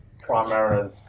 primary